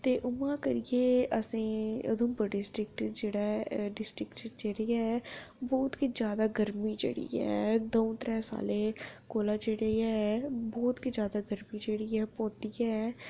ते उ'आं करियै असेंगी उधमपुर डिस्ट्रिक्ट ऐ जेह्ड़ी ओह् बहुत ई गर्मी जेह्ड़ी ऐ ओह् दो त्रैऽ सालें दी जेह्ड़ी ऐ ओह् बहुत ई जादा गर्मी पवा दी ऐ